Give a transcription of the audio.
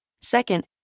Second